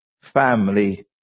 Family